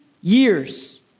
years